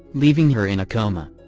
leaving her in a coma.